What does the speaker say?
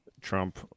Trump